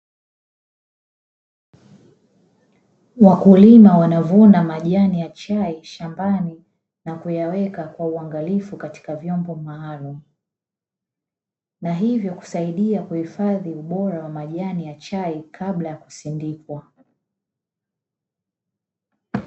Wakulima wanavuna majani ya chai shambani na kuyaweka kwa uangalifu katika vyombo maalumu, na hivyo kusaidia kuhifadhi ubora wa majani ya chai kabla ya kusindikwa.